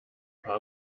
paar